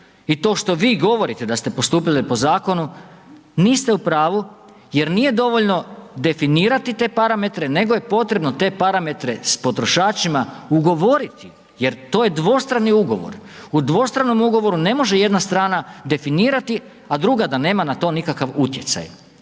i to što vi govorite da ste postupile po zakonu, niste u pravu jer nije dovoljno definirati te parametre nego je potrebno te parametre s potrošačima ugovoriti jer to je dvostrani ugovor. U dvostranom ugovoru ne može jedna strana definirati a druga da nema na to nikakav utjecaj.